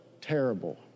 terrible